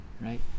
Right